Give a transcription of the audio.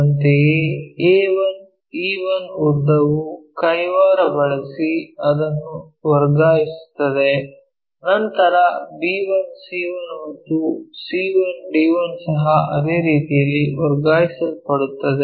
ಅಂತೆಯೇ a1 e1 ಉದ್ದವು ಕೈವಾರ ಬಳಸಿ ಅದನ್ನು ವರ್ಗಾಯಿಸುತ್ತದೆ ನಂತರ b1 c1 ಮತ್ತು c1 d1 ಸಹ ಅದೇ ರೀತಿಯಲ್ಲಿ ವರ್ಗಾಯಿಸಲ್ಪಡುತ್ತವೆ